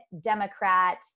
Democrat